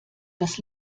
das